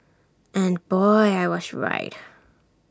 and boy I was right